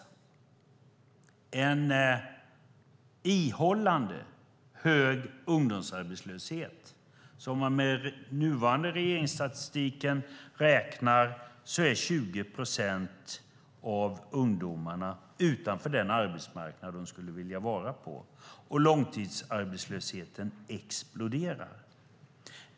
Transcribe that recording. Vi har en ihållande hög ungdomsarbetslöshet. Enligt den nuvarande regeringsstatistiken är 20 procent av ungdomarna utanför den arbetsmarknad de skulle vilja vara på. Långtidsarbetslösheten exploderar.